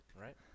right